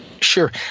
Sure